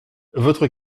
votre